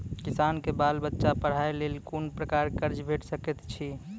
किसानक बाल बच्चाक पढ़वाक लेल कून प्रकारक कर्ज भेट सकैत अछि?